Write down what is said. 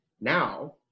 now